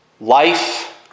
life